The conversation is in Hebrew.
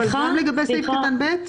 גם לגבי תקנת משנה (ב)